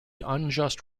unjust